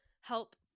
help